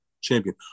champion